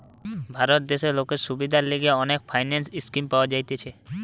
ভারত দেশে লোকের সুবিধার লিগে অনেক ফিন্যান্স স্কিম পাওয়া যাইতেছে